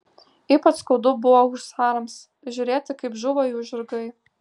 ypač skaudu buvo husarams žiūrėti kaip žūva jų žirgai